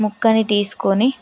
ముక్కని తీసుకొని